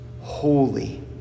holy